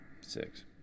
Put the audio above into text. Six